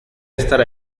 estar